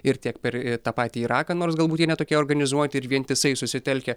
ir tiek per tą patį iraką nors galbūt jie ne tokie organizuoti ir vientisai susitelkę